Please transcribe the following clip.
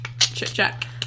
chit-chat